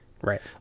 right